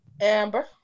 Amber